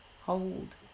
hold